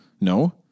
No